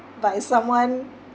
by someone